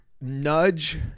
nudge